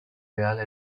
reale